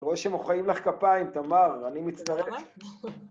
רואה שהם מוחאים לך כפיים, תמר, אני מצטרף.